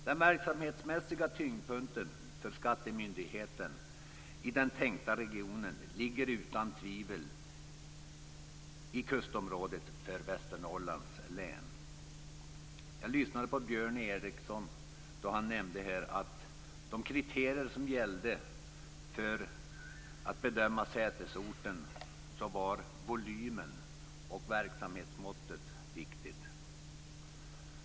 Den verksamhetsmässiga tyngdpunkten för skattemyndigheten i den tänkta regionen ligger utan tvivel i kustområdet för Västernorrlands län. Jag lyssnade på Björn Ericson. Han nämnde att beträffande de kriterier som gällt vid bedömningen av sätesorten är volymen och verksamhetsmåttet viktiga.